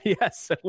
yes